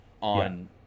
on